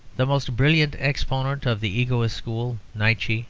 the most brilliant exponent of the egoistic school, nietszche,